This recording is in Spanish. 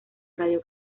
radio